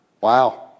Wow